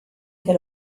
que